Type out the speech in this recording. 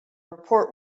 report